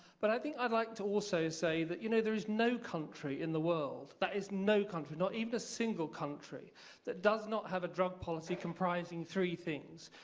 but i think i'd like to also say that, you know, there is no country in the world, there is no country, not even a single country that does not have a drug policy comprising three things.